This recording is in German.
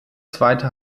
zweite